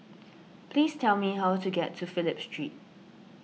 please tell me how to get to Phillip Street